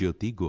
the